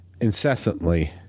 incessantly